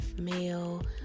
male